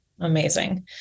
Amazing